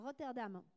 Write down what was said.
Rotterdam